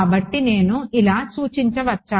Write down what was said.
కాబట్టి నేను ఇలా సూచించవచ్చా